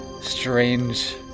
strange